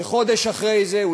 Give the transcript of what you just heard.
וחודש אחרי זה,